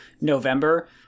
November